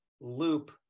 loop